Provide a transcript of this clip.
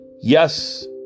Yes